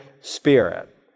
spirit